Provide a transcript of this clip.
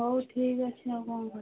ହଉ ଠିକ୍ ଅଛି ଆଉ କ'ଣ କରିବା